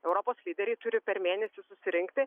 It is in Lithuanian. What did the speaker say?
europos lyderiai turi per mėnesį susirinkti